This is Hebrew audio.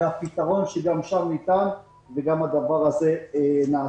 אבל גם לזה ניתן פתרון וגם הדבר הזה נעשה.